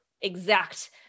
exact